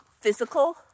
physical